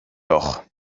doch